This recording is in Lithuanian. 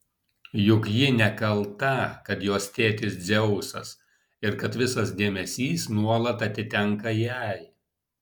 juk ji nekalta kad jos tėtis dzeusas ir kad visas dėmesys nuolat atitenka jai